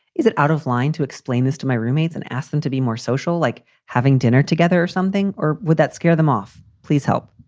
is it out of line to explain this to my roommates and ask them to be more social, like having dinner together or something? or would that scare them off? please help